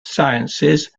sciences